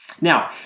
Now